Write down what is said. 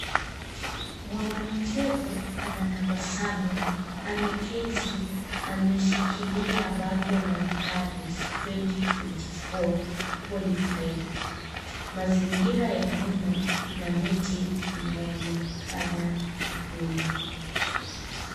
Mwana michezo, anatabasamu. Ameketi, ameshikilia bango la Paris 2024 qualified . Mazingira ya nyuma, na miti inaonekana nyuma.